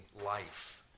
life